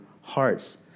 hearts